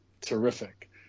terrific